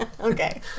Okay